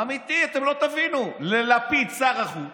אמיתי, אתם לא, תבינו, ללפיד, שר החוץ.